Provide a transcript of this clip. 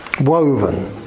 Woven